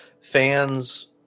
fans